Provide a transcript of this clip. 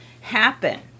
happen